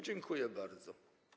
Dziękuję bardzo.